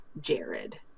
Jared